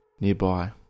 nearby